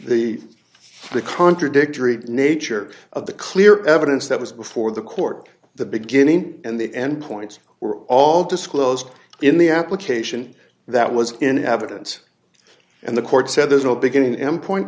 the contradictory nature of the clear evidence that was before the court the beginning and the end points were all disclosed in the application that was in evidence and the court said there's no beginning m point